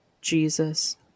Jesus